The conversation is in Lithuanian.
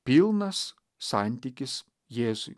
pilnas santykis jėzui